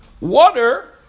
Water